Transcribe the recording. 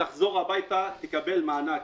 "תחזור הביתה ותקבל מענק".